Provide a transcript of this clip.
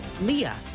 Leah